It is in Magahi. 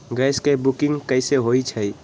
गैस के बुकिंग कैसे होईछई?